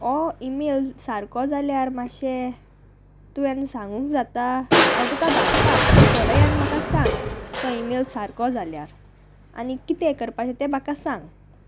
हो इमेल सारको जाल्यार मातशें तुंवें सांगूंक जाता हांव तुका धाडटा तूं पळय आनी म्हाका सांग तो इमेल सारको जाल्यार आनी कितें करपाचें तें म्हाका सांग